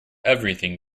everything